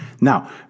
Now